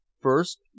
first